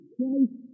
Christ